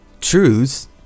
truths